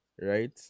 right